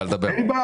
אבל דבר.